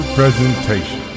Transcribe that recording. presentation